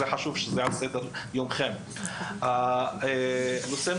זה חשוב שזה על סדר יומכם אבל הנושא הזה מצריך פה מעבר.